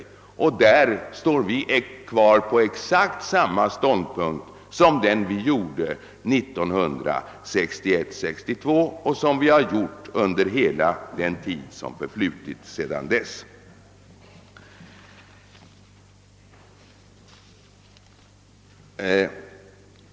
I detta avseende står vi kvar på exakt den ståndpunkt, som vi intog 1961—1962 och som vi hävdat under hela den tid som förflutit sedan dess.